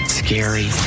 scary